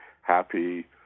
happy